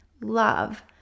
love